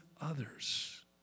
others